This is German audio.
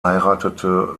heiratete